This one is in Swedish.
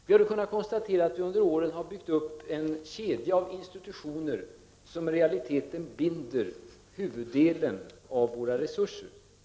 Vi har kunnat konstatera att vi under åren har byggt upp en kedja av institutioner som i realiteten binder huvuddelen av resurserna.